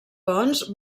pons